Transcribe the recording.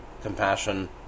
Compassion